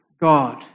God